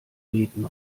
beten